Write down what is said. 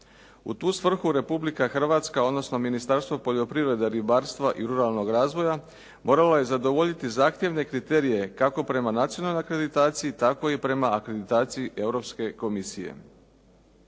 U tu svrhu Republika Hrvatska, odnosno Ministarstvo poljoprivrede, ribarstva i ruralnog razvoja moralo je zadovoljiti zahtjevne kriterije kako prema nacionalnoj akreditaciji, tako i prema akreditaciji Europske komisije.